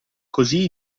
così